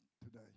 today